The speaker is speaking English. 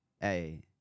Hey